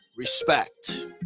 Respect